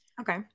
okay